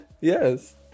Yes